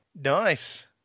Nice